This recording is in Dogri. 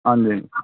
आं जी